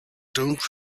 don’t